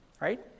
right